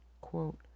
Quote